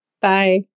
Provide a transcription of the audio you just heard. Bye